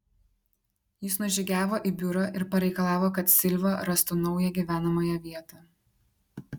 jis nužygiavo į biurą ir pareikalavo kad silva rastų naują gyvenamąją vietą